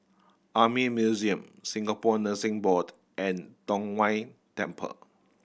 Army Museum Singapore Nursing Board and Tong Whye Temple